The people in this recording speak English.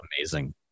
amazing